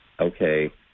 okay